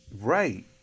Right